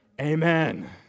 Amen